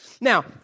Now